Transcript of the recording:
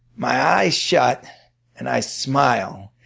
my eyes shut and i smile.